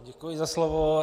Děkuji za slovo.